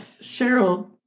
Cheryl